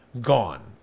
gone